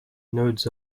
nodes